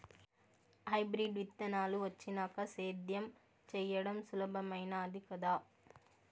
hybrid విత్తనాలు వచ్చినాక సేద్యం చెయ్యడం సులభామైనాది కదా